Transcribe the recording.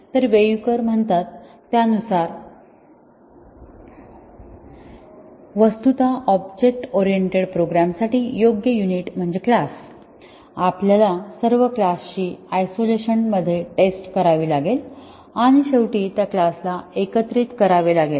तर वेयुकर म्हणता त्यानुसार वस्तुत ऑब्जेक्ट ओरिएंटेड प्रोग्रॅम्ससाठी योग्य युनिट म्हणजे क्लास आपल्याला सर्व क्लासची आयसोलेशन मध्ये टेस्ट करावी लागेल आणि शेवटी त्या क्लासला एकत्रित करावे लागेल